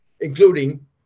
including